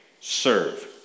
serve